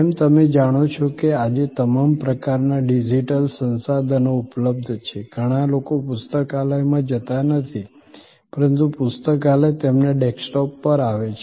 જેમ તમે જાણો છો કે આજે તમામ પ્રકારના ડિજિટલ સંસાધનો ઉપલબ્ધ છે ઘણા લોકો પુસ્તકાલયમાં જતા નથી પરંતુ પુસ્તકાલય તેમના ડેસ્કટોપ પર આવે છે